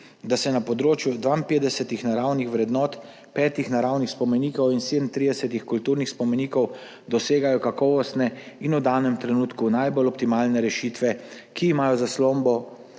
da se na področju 52 naravnih vrednot, 5 naravnih spomenikov in 37 kulturnih spomenikov dosegajo kakovostne in v danem trenutku najbolj optimalne rešitve, ki imajo zaslombo